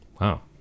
wow